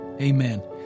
amen